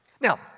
Now